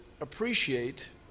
appreciate